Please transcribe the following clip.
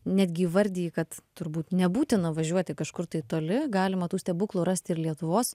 netgi įvardiji kad turbūt nebūtina važiuoti kažkur tai toli galima tų stebuklų rasti ir lietuvos